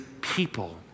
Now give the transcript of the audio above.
people